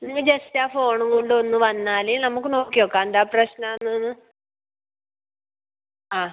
നിങ്ങൾ ജസ്റ്റ് ആ ഫോണും കൊണ്ടൊന്ന് വന്നാല് നമുക്ക് നോക്കിനോക്കാം എന്താ പ്രശ്നം എന്ന് അ